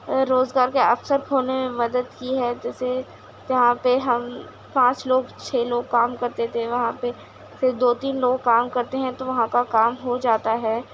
روزگار کے بکثرت ہونے میں مدد کی ہے جیسے جہاں پہ ہم پانچ لوگ چھ لوگ کام کرتے تھے وہاں پہ پھر دو تین لوگ کام کرتے ہیں تو وہاں کا کام ہو جاتا ہے